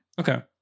Okay